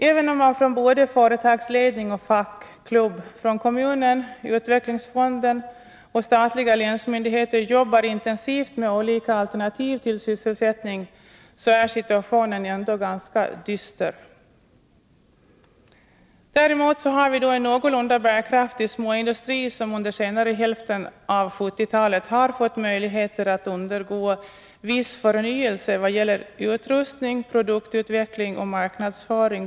Även om man från både företagsledning och fackklubb, från kommunen, utvecklingsfonden och statliga länsmyndigheter jobbar intensivt med olika alternativ till sysselsättning, är situationen ändå ganska dyster. Däremot har vi en någorlunda bärkraftig småindustri, som under senare hälften av 1970-talet har fått möjligheter att undergå viss förnyelse vad gäller bl.a. utrustning, produktutveckling och marknadsföring.